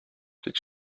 did